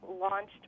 launched